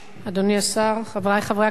תודה רבה, אדוני השר, חברי חברי הכנסת,